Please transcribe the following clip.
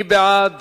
מי בעד